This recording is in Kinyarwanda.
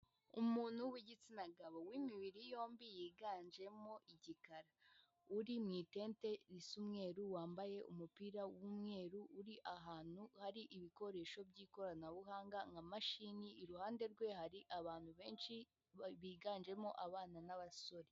Umuntu w'igitsina gabo w'imibiri yombi yiganjemo igikara uri mu itente risa umweru wambaye umupira w'umweru uri ahantu hari ibikoresho by'ikoranabuhanga nka mashini iruhande rwe hari abantu benshi biganjemo abana n'abasore.